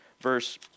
verse